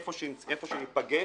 איפה שניפגש,